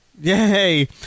Yay